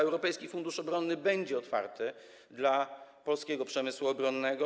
Europejski Fundusz Obronny będzie otwarty dla polskiego przemysłu obronnego.